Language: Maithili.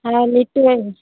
हँ आइ लेटो अएबै